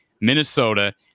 Minnesota